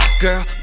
girl